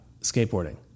Skateboarding